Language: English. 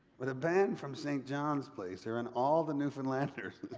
when a band from st. john's plays here and all the newfoundlanders.